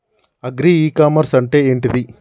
Agri e commerce అంటే ఏంటిది?